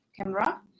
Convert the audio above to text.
camera